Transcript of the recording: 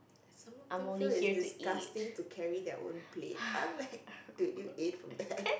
some of them feel it's disgusting to carry their own plate I'm like dude you ate from that